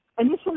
initially